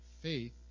faith